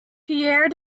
pierre